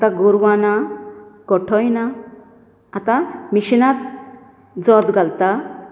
आता गोरवां ना गोठोय ना आता मिशीनांच जोत घालता